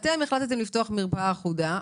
אתם החלטתם לפתוח מרפאה אחודה,